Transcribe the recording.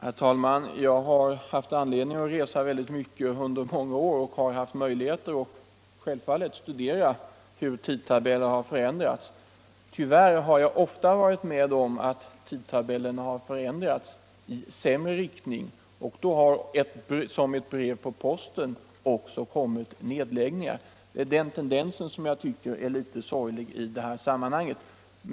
Herr talman! Jag har haft anledning att resa mycket under många år och har självfallet haft möjligheter att studera hur tidtabeller har förändrats. Tyvärr har jag då och då varit med om att tidtabellerna förändrats i sämre riktning, och då har som ett brev på posten också kommit nedläggningar. Det är den tendensen som jag tycker är litet sorglig i detta sammanhang.